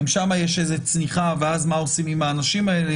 אם שם יש איזו צניחה ואז מה עושים עם האנשים האלה,